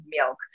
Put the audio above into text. milk